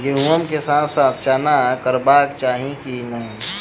गहुम केँ साथ साथ चना करबाक चाहि की नै?